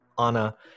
Anna